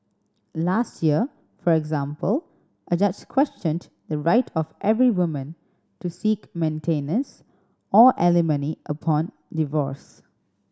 last year for example a judge questioned the right of every woman to seek maintenance or alimony upon divorce